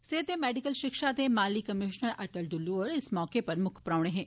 सेहत ते मैडिकल शिक्षा दे माली कमीश्नर अटल डुल्लू होर इस मौके मुक्ख परौहने हे